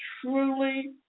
truly